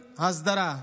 הסדרה,